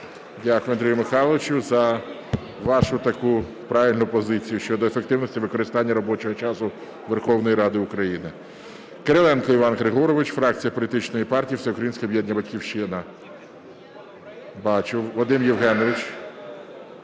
Дякую, Андрію Михайловичу, за вашу таку правильну позицію щодо ефективності використання робочого часу Верховної Ради України. Кириленко Іван Григорович, фракція політичної партії Всеукраїнське об'єднання "Батьківщина". Бачу, Вадим Євгенович